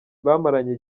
bamaranye